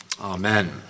amen